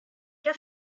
qu’a